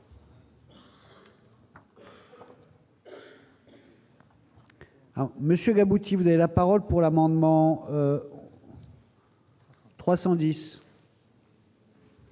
Monsieur aboutit, vous avez la parole pour l'amendement. 310.